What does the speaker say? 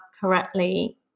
correctly